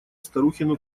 старухину